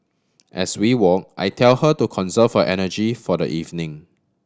as we walk I tell her to conserve her energy for the evening